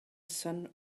sun